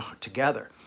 together